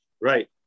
right